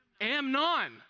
Amnon